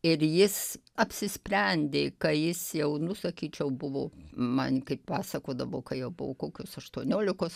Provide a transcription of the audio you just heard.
ir jis apsisprendė ka jis jau nu sakyčiau buvo man kai pasakodavo ka jo buvo kokios aštuoniolikos